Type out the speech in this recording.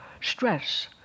stress